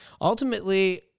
Ultimately